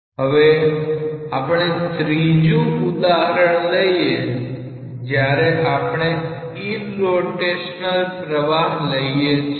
હવે આપણે ત્રીજું ઉદાહરણ લઈએ જ્યારે આપણે ઈરરોટેશનલ પ્રવાહ લઈએ છીએ